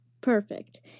perfect